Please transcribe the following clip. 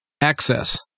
access